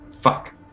Fuck